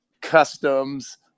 customs